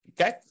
Okay